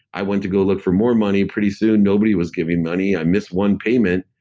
i went to go look for more money. pretty soon, nobody was giving money. i missed one payment,